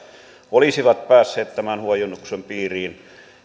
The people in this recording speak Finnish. olisivat päässeet tämän huojennuksen piiriin